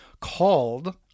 called